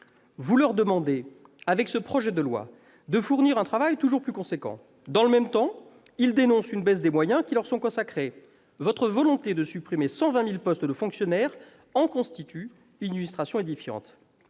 Vous leur demandez, avec ce projet de loi, de fournir un travail toujours plus important. Dans le même temps, ils dénoncent une baisse des moyens qui leur sont consacrés. Votre volonté de supprimer 120 000 postes de fonctionnaires en constitue une illustration édifiante.